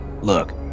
Look